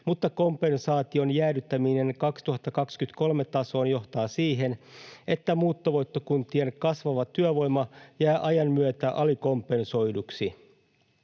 mutta kompensaation jäädyttäminen vuoden 2023 tasoon johtaa siihen, että muuttovoittokuntien kasvava työvoima jää ajan myötä alikompensoiduksi